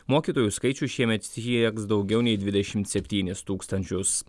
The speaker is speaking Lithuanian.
mokytojų skaičius šiemet sieks daugiau nei dvidešimt septynis tūkstančius